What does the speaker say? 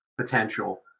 potential